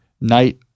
night